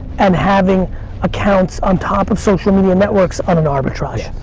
and having accounts on top of social media networks on an arbitrage.